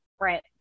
Right